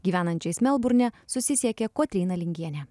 gyvenančiais melburne susisiekė kotryna lingienė